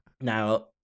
Now